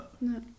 No